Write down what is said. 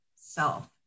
self